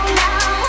now